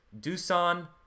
Dusan